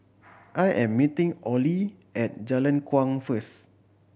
I am meeting Olie at Jalan Kuang first